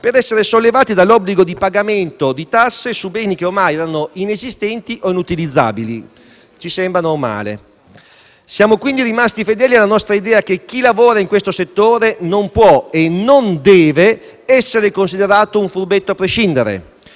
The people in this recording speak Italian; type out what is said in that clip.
per essere sollevati dall'obbligo di pagamento di tasse su beni che ormai erano inesistenti o inutilizzabili (ci sembra normale). Siamo quindi rimasti fedeli alla nostra idea che chi lavora in questo settore non può e non deve essere considerato un furbetto a prescindere,